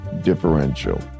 differential